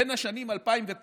בין השנה 2009